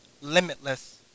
limitless